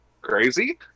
crazy